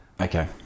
Okay